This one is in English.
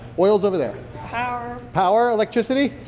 oil is over there power power electricity.